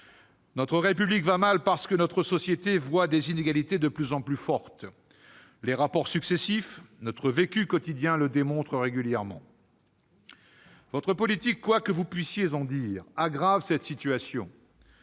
Notre République va mal parce que notre société connaît des inégalités de plus en plus fortes. Les rapports successifs, notre vécu quotidien le démontrent régulièrement. Votre politique, quoi que vous puissiez en dire, aggrave cette situation.